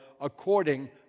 according